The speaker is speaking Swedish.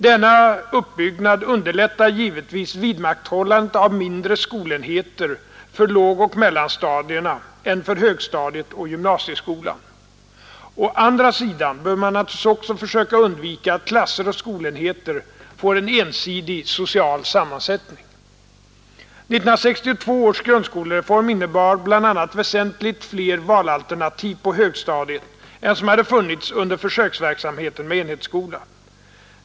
Denna uppbyggnad underlättar givetvis vidmakthållande av mindre skolenheter för lågoch mellanstadierna än för högstadiet och gymnasieskolan. Å andra sidan bör man naturligtvis också försöka undvika att klasser och skolenheter får en ensidig social sammansättning. 1962 års grundskolereform innebar bl.a. väsentligt fler valalternativ på högstadiet än som hade funnits under försöksverksamheten med enhetsskola.